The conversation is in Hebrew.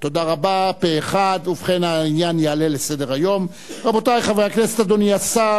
ההצעה לכלול את הנושאים בסדר-היום של הכנסת נתקבלה.